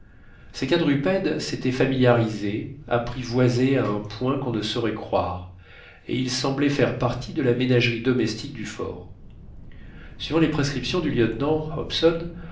ces quadrupèdes s'étaient familiarisés apprivoisés à un point qu'on ne saurait croire et ils semblaient faire partie de la ménagerie domestique du fort suivant les prescriptions du lieutenant